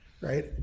right